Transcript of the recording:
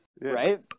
Right